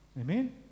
amen